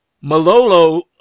Malolo